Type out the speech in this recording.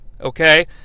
Okay